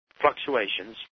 fluctuations